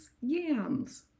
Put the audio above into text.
yams